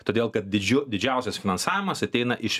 todėl kad dydžiu didžiausias finansavimas ateina iš